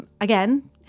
again